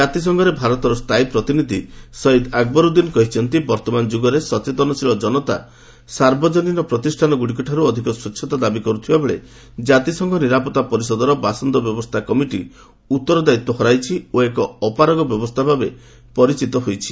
ଜାତିସଂଘରେ ଭାରତର ସ୍ଥାୟୀ ପ୍ରତିନିଧି ସୟିଦ୍ ଆକବରୁଦ୍ଦିନ୍ କହିଛନ୍ତି ବର୍ତ୍ତମାନ ଯୁଗରେ ସଚେତନଶୀଳ ଜନତା ସାର୍ବଜନୀନ ପ୍ରତିଷ୍ଠାନଗୁଡ଼ିକଠାରୁ ଅଧିକ ସ୍ୱଚ୍ଛତା ଦାବି କରୁଥିଲାବେଳେ କାତିସଂଘ ନିରାପତ୍ତା ପରିଷଦର ବାସନ୍ଦ ବ୍ୟବସ୍ଥା କମିଟି ଉତ୍ତରଦାୟିତା ହରାଇଛି ଓ ଏକ ଅପାରଗ ବ୍ୟବସ୍ଥା ଭାବେ ପରିଚିତ ହୋଇଛି